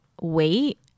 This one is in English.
wait